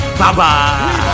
bye-bye